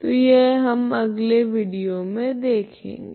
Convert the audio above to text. तो यह हम अगले विडियो मे देखेगे